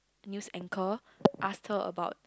news anchor ask her about